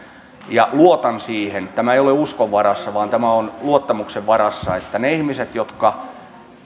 ja luotan siihen tämä ei ole uskon varassa vaan tämä on luottamuksen varassa että ne ihmiset jotka